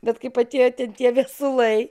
bet kaip atėjo ten tie viesulai